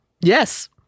Yes